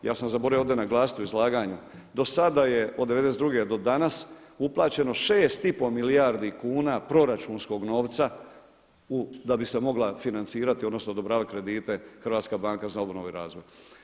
Ja sam zaboravio ovdje naglasiti u izlaganju do sada je od '92. do danas uplaćeno 6 i pol milijardi kuna proračunskog novca da bi se mogla financirati, odnosno odobravati kredite Hrvatska banka za obnovu i razvoj.